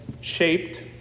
shaped